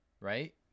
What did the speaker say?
right